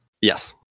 yes